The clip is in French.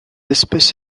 espèce